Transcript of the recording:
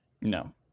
No